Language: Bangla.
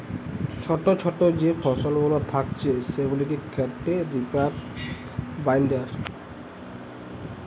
ছোটো ছোটো যে ফসলগুলা থাকছে সেগুলাকে কাটে রিপার বাইন্ডার